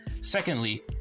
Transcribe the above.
Secondly